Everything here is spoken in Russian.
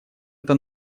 это